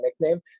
nickname